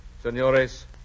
Senores